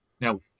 Now